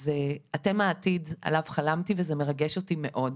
אז אתן העתיד שעליו חלמתי וזה מרגש אותי מאוד.